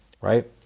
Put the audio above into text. right